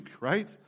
right